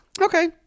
Okay